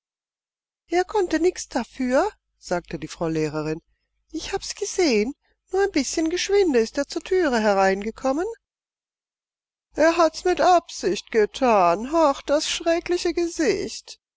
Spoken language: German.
er konnte nichts dafür sagte die frau lehrerin ich hab's gesehen nur ein bißchen geschwinde ist er zur türe hereingekommen er hat's mit absicht getan hach das schreckliche gesicht